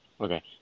Okay